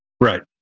Right